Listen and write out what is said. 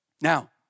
Now